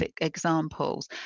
examples